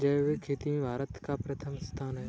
जैविक खेती में भारत का प्रथम स्थान है